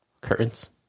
curtains